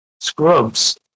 Scrubs